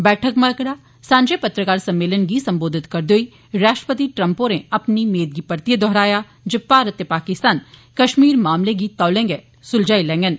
बैठक मगरा साझे पत्रकार सम्मेलन गी सम्बोधित करदे होई राष्ट्रपति ट्रम्प होरें अपनी मेद गी परतिए दोहराया जे भारत ते पाकिस्तान कश्मीर मामले गी तौले गै सुलझाई लैडन